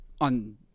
on